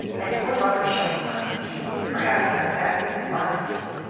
and your lover shall be punished for having thus badly advised you.